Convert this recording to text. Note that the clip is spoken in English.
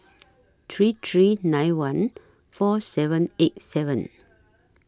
three three nine one four seven eight seven